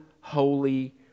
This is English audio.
holy